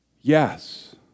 Yes